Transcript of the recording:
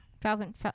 Falcon